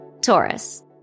Taurus